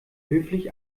höflich